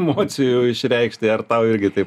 emocijų išreikšti ar irgi taip